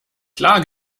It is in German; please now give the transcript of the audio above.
klar